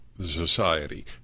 society